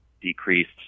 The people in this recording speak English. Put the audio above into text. decreased